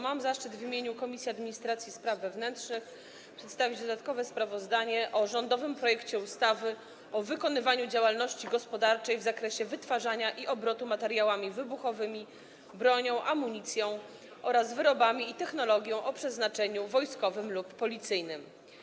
Mam zaszczyt w imieniu Komisji Administracji i Spraw Wewnętrznych przedstawić dodatkowe sprawozdanie o rządowym projekcie ustawy o wykonywaniu działalności gospodarczej w zakresie wytwarzania i obrotu materiałami wybuchowymi, bronią, amunicją oraz wyrobami i technologią o przeznaczeniu wojskowym lub policyjnym.